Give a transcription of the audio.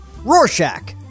Rorschach